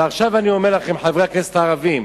ועכשיו אני אומר לכם, חברי הכנסת הערבים,